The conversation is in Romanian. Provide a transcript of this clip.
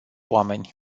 oameni